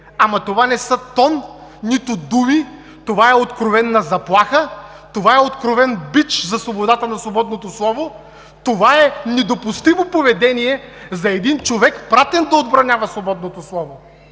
Това не е тон, нито думи, това е откровена заплаха, това е откровен бич за свободата на свободното слово, това е недопустимо поведение за един човек, изпратен да отбранява свободното слово.